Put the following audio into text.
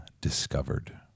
discovered